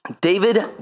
David